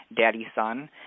daddy-son